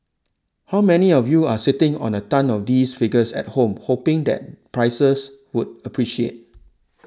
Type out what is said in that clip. how many of you are sitting on a tonne of these figures at home hoping that prices would appreciate